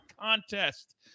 contest